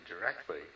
directly